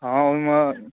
हँ ओहिमे